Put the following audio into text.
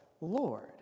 Lord